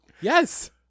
Yes